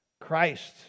Christ